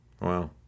Wow